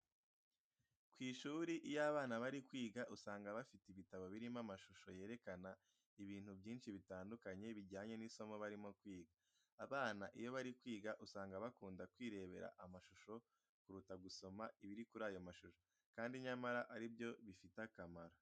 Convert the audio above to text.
Ku ishuri iyo abana bari kwiga, usanga bafite ibitabo birimo amashusho yerekana ibintu byinshi bitandukanye bijyanye n'isomo barimo kwiga. Abana iyo bari kwiga usanga bakunda kwirebera amashusho kuruta gusoma ibiri kuri ayo mashusho, kandi nyamara ari byo bifite akamaro.